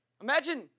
Imagine